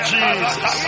Jesus